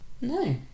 No